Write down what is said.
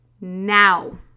now